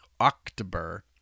October